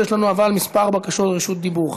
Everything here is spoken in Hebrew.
אבל יש לנו כמה בקשות רשות דיבור.